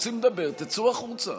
רוצים לדבר, תצאו החוצה.